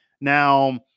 Now